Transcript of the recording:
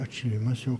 atšilimas jau